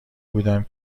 بودم